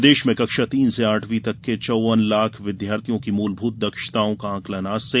प्रदेश के कक्षा तीन से आठवीं तक के चौवन लाख विद्यार्थियों की मूलभूत दक्षताओं का आंकलन आज से